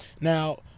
Now